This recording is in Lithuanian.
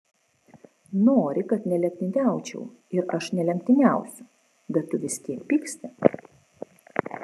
nori kad nelenktyniaučiau ir aš nelenktyniausiu bet tu vis tiek pyksti